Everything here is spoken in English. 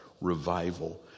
revival